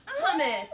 hummus